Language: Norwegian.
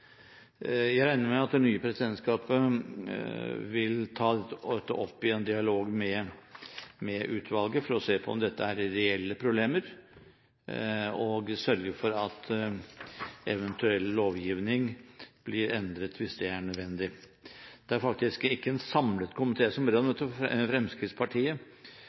Jeg regner med at det nye presidentskapet vil ta dette opp i en dialog med utvalget for å se på om dette er reelle problemer, og sørge for at eventuell lovgivning blir endret hvis det er nødvendig. Det er faktisk ikke en samlet komité som ber om dette. For én gangs skyld må jeg si at jeg ikke skjønner hva Fremskrittspartiet